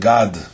God